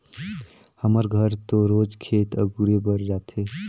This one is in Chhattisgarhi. हमर घर तो रोज खेत अगुरे बर जाथे